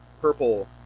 purple